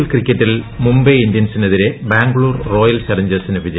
L ക്രിക്കറ്റിൽ മുംബൈ ഇന്ത്യൻസിനെതിരെ Bangalore royal ചലഞ്ചേഴ്സിന് വിജയം